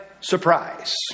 surprise